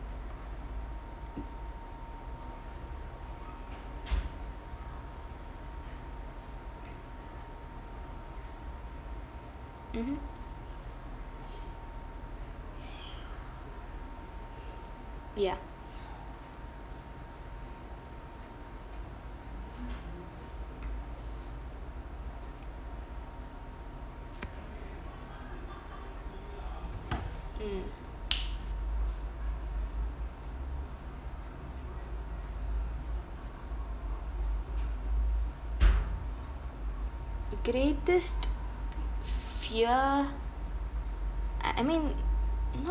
mmhmm ya mm greatest f~ fear uh I mean not